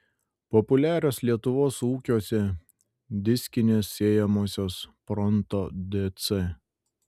populiarios lietuvos ūkiuose diskinės sėjamosios pronto dc